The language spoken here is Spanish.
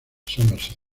somerset